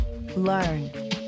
learn